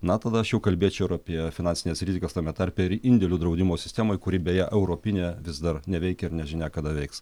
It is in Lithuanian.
na tada aš jau kalbėčiau ir apie finansines rizikas tame tarpe ir indėlių draudimo sistemoj kuri beje europinė vis dar neveikia ir nežinia kada veiks